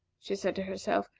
she said to herself,